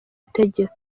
utegeka